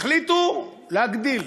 החליטו להגדיל.